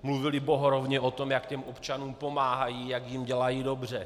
Mluvili bohorovně o tom, jak těm občanům pomáhají, jak jim dělají dobře.